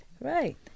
right